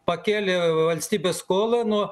pakėlė valstybės skolą nuo